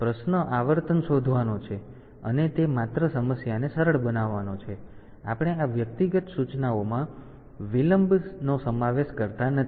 તેથી પ્રશ્ન આવર્તન શોધવાનો છે અને તે માત્ર સમસ્યાને સરળ બનાવવાનો છે આપણે આ વ્યક્તિગત સૂચનાઓમાં વિલંબનો સમાવેશ કરતા નથી